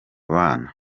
bana